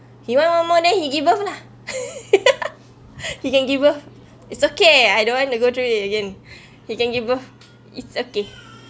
he want one more then he give birth lah he can give birth it's okay I don't want to go through it again he can give birth it's okay